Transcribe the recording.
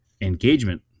engagement